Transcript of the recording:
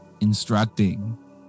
instructing